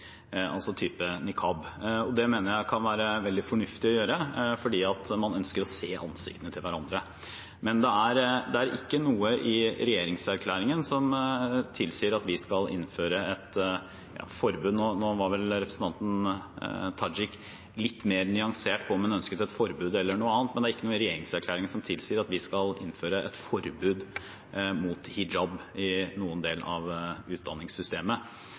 altså type nikab. Det mener jeg kan være veldig fornuftig å gjøre fordi man ønsker å se ansiktene til hverandre. Nå var vel representanten Tajik litt mer nyansert med hensyn til om hun ønsket et forbud eller noe annet, men det er ikke noe i regjeringserklæringen som tilsier at vi skal innføre et forbud mot hijab i noen del av utdanningssystemet.